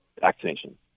vaccination